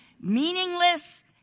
meaningless